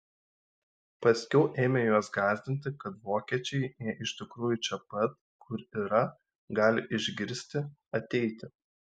paskiau ėmė juos gąsdinti kad vokiečiai jei iš tikrųjų čia pat kur yra gali išgirsti ateiti